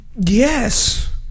Yes